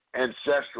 ancestral